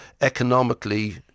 economically